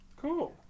Cool